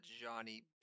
Johnny